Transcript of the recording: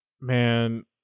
man